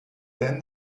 then